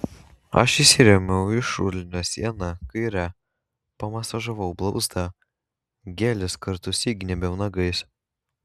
aš įsirėmiau į šulinio sieną kaire pamasažavau blauzdą gelis kartus įgnybiau nagais